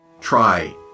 Try